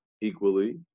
equally